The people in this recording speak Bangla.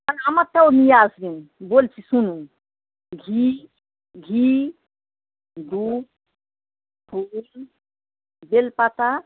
আ আমারটাও নিয়ে আসবেন বলছি শুনুন ঘি ঘি দুধ ফুল বেল পাতা